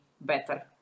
better